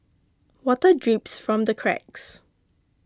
water drips from the cracks